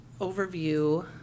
overview